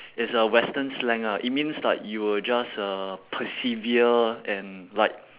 it's a western slang ah it means like you will just uh persevere and like